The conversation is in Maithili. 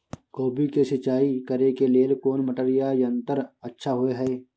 कोबी के सिंचाई करे के लेल कोन मोटर या यंत्र अच्छा होय है?